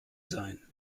sein